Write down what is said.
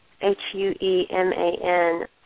H-U-E-M-A-N